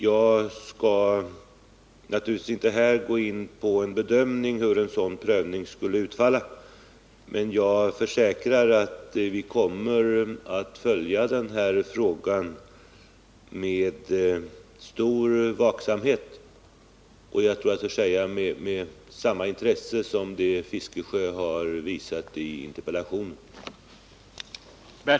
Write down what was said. Jag skall naturligtvis inte här gå in på en bedömning av hur en sådan prövning skulle utfalla. Men jag försäkrar att vi kommer att följa den här frågan med stor vaksamhet — och jag tror jag törs säga med samma intresse som det Bertil Fiskesjö har visat i interpellationen.